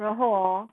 然后 hor